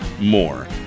more